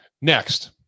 Next